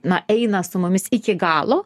na eina su mumis iki galo